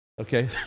Okay